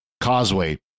causeway